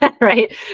right